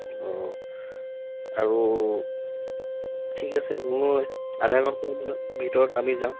অঁ আৰু ঠিক আছে মই আধা ঘণ্টামানৰ ভিতৰত আমি যাম